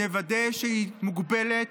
נוודא שהיא מוגבלת,